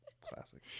classic